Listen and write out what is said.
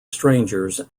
strangers